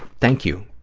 thank you,